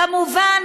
כמובן,